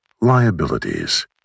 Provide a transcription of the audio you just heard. Liabilities